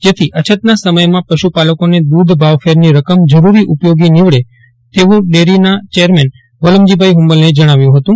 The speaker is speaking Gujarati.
જેથી અછતના સમયમાં પશુપાલકોને દૂધ ભાવફેરની રકમ જરૂરી ઉપયોગી નીવડે તેવું ડેરીના ચેરમેન વલમજીભાઈ હુંબલે જણાવ્યું હતું